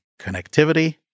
connectivity